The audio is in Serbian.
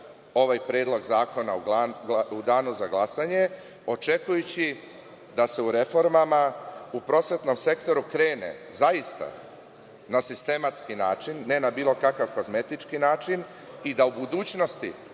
ovaj predlog zakona u danu za glasanje očekujući da se u reformama u prosvetom sektoru krene na sistematski način, ne na bilo kakav kozmetički način i da u budućnosti